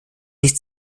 nicht